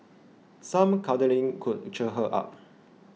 some cuddling could cheer her up